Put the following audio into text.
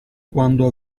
quando